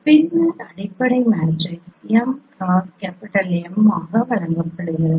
பின்னர் அடிப்படை matrix mXM ஆக வழங்கப்படுகிறது